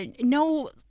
no